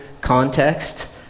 context